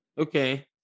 Okay